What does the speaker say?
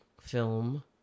film